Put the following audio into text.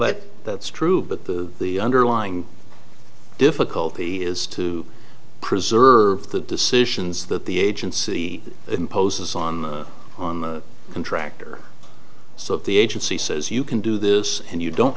that that's true but the underlying difficulty is to preserve the decisions that the agency imposes on the on the contractor so if the agency says you can do this and you don't